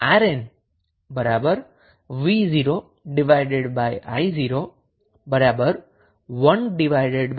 2A RN v0i0 10